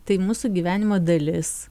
tai mūsų gyvenimo dalis